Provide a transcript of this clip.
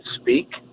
speak